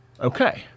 okay